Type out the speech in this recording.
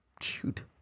shoot